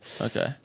Okay